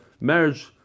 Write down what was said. marriage